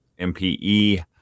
MPE